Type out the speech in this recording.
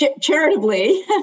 charitably